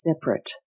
separate